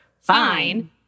fine